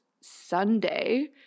Sunday